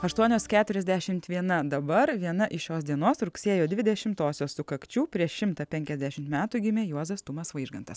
aštuonios keturiasdešimt viena dabar viena iš šios dienos rugsėjo dvidešimtosios sukakčių prieš šimtą penkiasdešimt metų gimė juozas tumas vaižgantas